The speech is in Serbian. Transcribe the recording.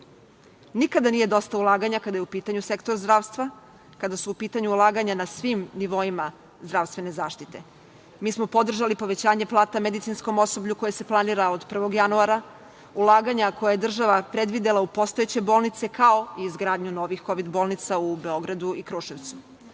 nije dosta ulaganja kada je u pitanju sektor zdravstva, kada su u pitanju ulaganja na svim nivoima zdravstvene zaštite. Mi smo podržali povećanje plata medicinskom osoblju koje se planira od 1. januara, ulaganja koja je država predvidela u postojeće bolnice, kao i izgradnju novih kovid bolnica u Beogradu i Kruševcu. Korona